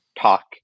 talk